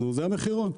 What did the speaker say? זה המחירון.